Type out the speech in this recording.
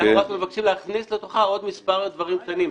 אנחנו רק מבקשים להכניס לתוכה עוד מספר דברים קטנים.